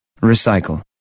Recycle